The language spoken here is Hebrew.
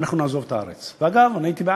אנחנו נעזוב את הארץ, ואגב, אני הייתי בעד.